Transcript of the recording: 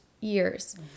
years